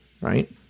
right